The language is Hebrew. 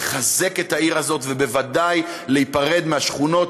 לחזק את העיר הזאת ובוודאי להיפרד מהשכונות,